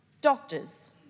doctors